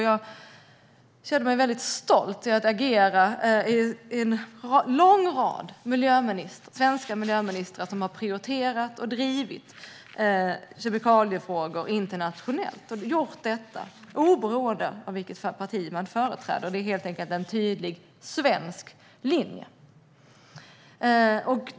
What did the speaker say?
Jag känner mig väldigt stolt över att agera som en i en lång rad av svenska miljöministrar som har prioriterat och drivit kemikaliefrågor internationellt och gjort det oberoende av vilket parti man företräder. Det är helt enkelt en tydlig svensk linje.